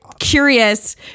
curious